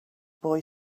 boy